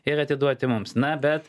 ir atiduoti mums na bet